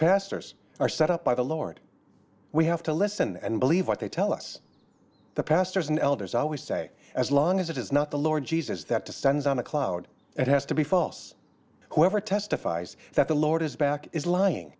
pastors are set up by the lord we have to listen and believe what they tell us the pastors and elders always say as long as it is not the lord jesus that descends on a cloud it has to be false whoever testifies that the lord is back is lying